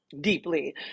deeply